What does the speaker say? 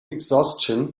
exhaustion